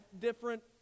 different